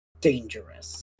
dangerous